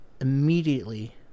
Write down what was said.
immediately